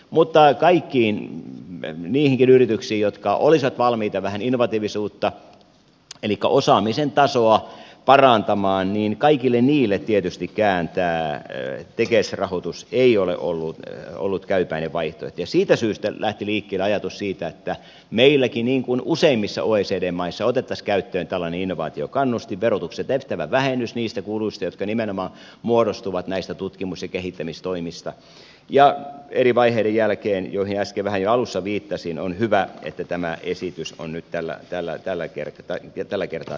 mutta kaikille niille yrityksille jotka olisivat valmiita vähän innovatiivisuutta elikkä osaamisen tasoa parantamaan tietystikään tämä tekes rahoitus ei ole ollut käypäinen vaihtoehto ja siitä syystä lähti liikkeelle ajatus siitä että meilläkin niin kuin useimmissa oecd maissa otettaisiin käyttöön tällainen innovaatiokannustin verotuksessa tehtävä vähennys niistä kuluista jotka nimenomaan muodostuvat näistä tutkimus ja kehittämistoimista ja eri vaiheiden jälkeen joihin äsken vähän jo alussa viittasin on hyvä että tämä esitys on nyt tällä kertaa täällä